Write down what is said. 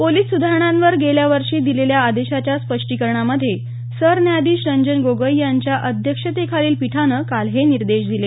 police सुधारणांवर गेल्यावषी दिलेल्या आदेशाच्या स्पष्टीकरणामध्ये सरन्यायाधीश रंजन गोगोई यांच्या अध्यक्षतेखालील पिठानं काल हे निर्देश दिले